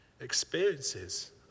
experiences